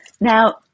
Now